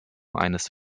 eines